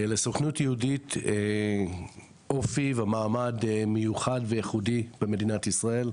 לסוכנות היהודית אופי ומעמד מיוחד וייחודי במדינת ישראל.